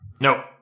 No